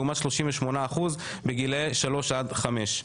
לעומת 38% בגילאי שלוש עד חמש.